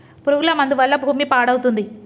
పురుగుల మందు వల్ల భూమి పాడవుతుంది